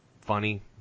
funny